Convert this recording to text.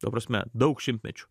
ta prasme daug šimtmečių